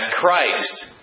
Christ